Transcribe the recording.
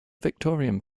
victorian